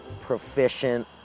proficient